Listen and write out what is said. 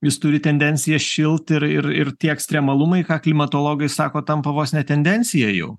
jis turi tendenciją šilt ir ir tie ekstremalumai ką klimatologai sako tampa vos ne tendencija jau